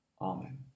Amen